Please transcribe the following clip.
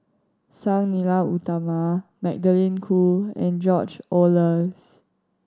Sang Nila Utama Magdalene Khoo and George Oehlers